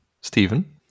Stephen